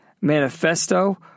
Manifesto